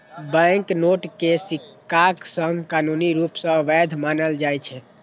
banknote कें सिक्काक संग कानूनी रूप सं वैध मानल जाइ छै